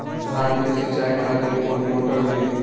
धान के सीचाई खातिर कोन मोटर ली?